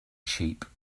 sheep